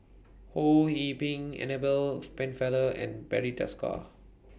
Ho Yee Ping Annabel Pennefather and Barry Desker